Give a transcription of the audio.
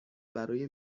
برای